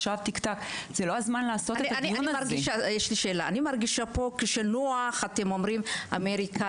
אני מרגישה שכשנוח אתם אומרים שאמריקה